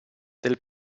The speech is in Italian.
del